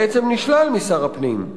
בעצם נשלל משר הפנים.